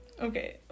Okay